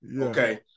okay